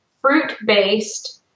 Fruit-Based